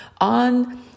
on